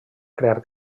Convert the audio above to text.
crear